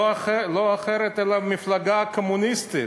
לא אחרת מהמפלגה הקומוניסטית.